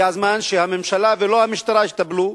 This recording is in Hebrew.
הגיע הזמן שהממשלה ולא המשטרה יטפלו,